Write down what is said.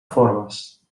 forbes